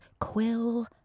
Quill